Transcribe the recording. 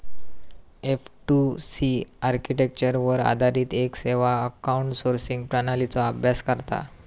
F two C आर्किटेक्चरवर आधारित येक सेवा आउटसोर्सिंग प्रणालीचो अभ्यास करता